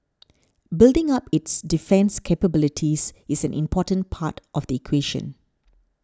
building up its defence capabilities is an important part of the equation